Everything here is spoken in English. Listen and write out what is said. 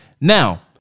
Now